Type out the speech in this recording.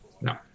No